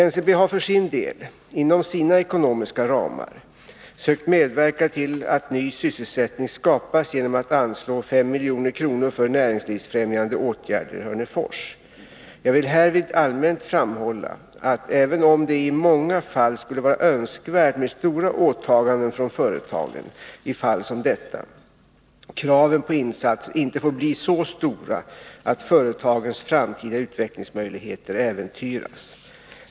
NCB har för sin del, inom sina ekonomiska ramar, sökt medverka till att ny sysselsättning skapas genom att anslå 5 milj.kr. för näringslivsfrämjande åtgärder i Hörnefors. Jag vill härvid allmänt framhålla att, även om det många gånger skulle vara önskvärt med stora åtaganden från företagen i fall som detta, kraven på insatser inte får bli så stora att företagens framtida utvecklingsmöjligheter äventyras.